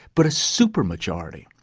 but a super majority.